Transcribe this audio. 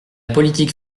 politique